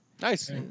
Nice